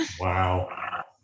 Wow